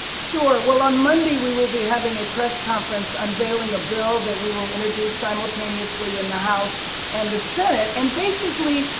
sure. well, on monday we will be having a press conference unveiling a bill but we will introduce simultaneously in the house and the senate. and, basically,